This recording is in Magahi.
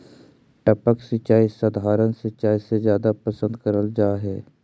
टपक सिंचाई सधारण सिंचाई से जादा पसंद करल जा हे